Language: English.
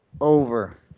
Over